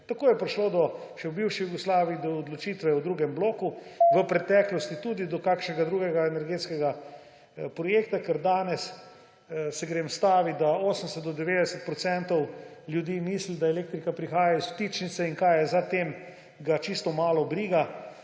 Tako je prišlo še v bivši Jugoslaviji do odločitve o drugem bloku, v preteklosti tudi do kakšnega drugega energetskega projekta, ker danes se grem staviti, da 80 do 90 % ljudi misli, da elektrika prihaja iz vtičnice, in kaj je za tem, jih čisto malo briga;